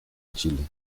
chile